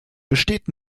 besteht